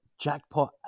jackpot